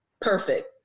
perfect